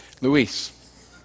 Luis